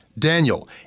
Daniel